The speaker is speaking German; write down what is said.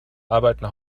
arbeiten